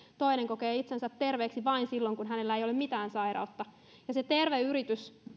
toinen kokee itsensä terveeksi vain silloin kun hänellä ei ole mitään sairautta terve yritys